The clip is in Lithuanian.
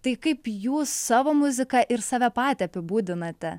tai kaip jūs savo muziką ir save patį apibūdinate